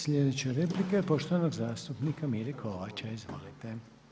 Sljedeća replika je poštovanog zastupnika Mire Kovača, izvolite.